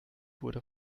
wurde